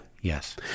Yes